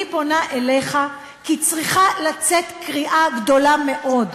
אני פונה אליך כי צריכה לצאת קריאה גדולה מאוד,